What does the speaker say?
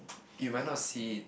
you might not see it